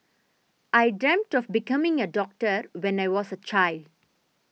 I dreamt of becoming a doctor when I was a child